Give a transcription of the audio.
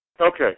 okay